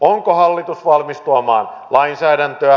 onko hallitus valmis tuomaan lainsäädäntöä